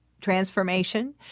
transformation